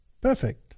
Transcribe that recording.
perfect